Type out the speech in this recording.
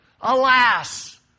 alas